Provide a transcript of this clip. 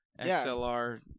XLR